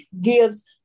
gives